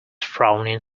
frowning